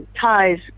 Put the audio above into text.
ties